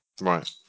right